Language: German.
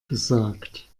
gesagt